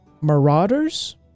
Marauders